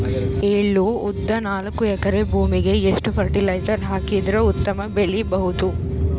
ಎಳ್ಳು, ಉದ್ದ ನಾಲ್ಕಎಕರೆ ಭೂಮಿಗ ಎಷ್ಟ ಫರಟಿಲೈಜರ ಹಾಕಿದರ ಉತ್ತಮ ಬೆಳಿ ಬಹುದು?